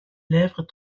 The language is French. lèvres